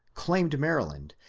claimed maryland,